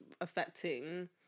affecting